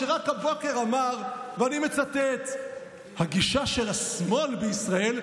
שרק הבוקר אמר: הגישה של השמאל בישראל,